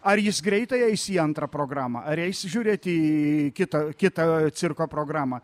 ar jis greitai eis į antrą programą ar eis žiūrėti į kitą kitą cirko programą